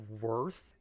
worth